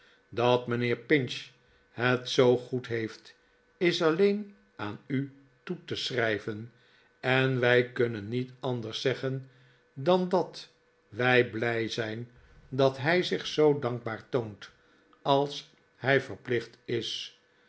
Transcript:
dat mijnheer pinch het zoo goed heeft is alleen aan u toe te schrijven en wij kunnen niet anders zeggen dan dat wij blij zijn dat hij zich zoo dankbaar toont als hij verplicht is